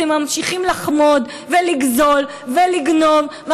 אתם ממשיכים לחמוד ולגזול ולגנוב.